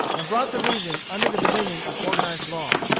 and brought the region under the dominion of organized law.